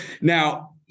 now